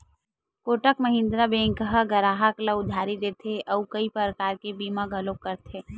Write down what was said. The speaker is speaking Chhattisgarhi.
कोटक महिंद्रा बेंक ह गराहक ल उधारी देथे अउ कइ परकार के बीमा घलो करथे